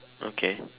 okay